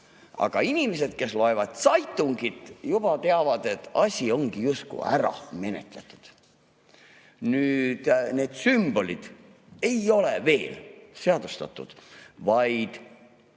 Aga inimesed, kes loevad seitungit, juba teavad, et asi ongi justkui ära menetletud. Need sümbolid ei ole veel seadustatud.